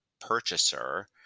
purchaser